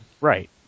Right